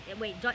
Wait